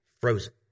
frozen